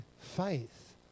faith